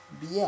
bien